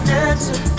answer